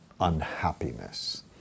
unhappiness